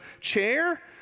chair